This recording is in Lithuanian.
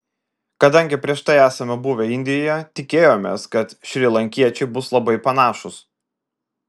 kadangi prieš tai esame buvę indijoje tikėjomės kad šrilankiečiai bus labai panašūs